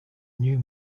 new